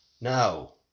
No